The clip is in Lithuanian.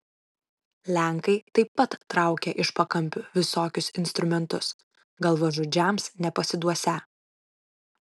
lenkai taip pat traukia iš pakampių visokius instrumentus galvažudžiams nepasiduosią